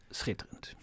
schitterend